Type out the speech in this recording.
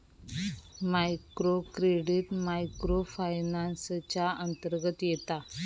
micro credit micro finance च्या अंतर्गत येता